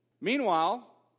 Meanwhile